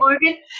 Morgan